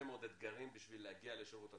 מאוד אתגרים בשביל להגיע לשירות הצבאי,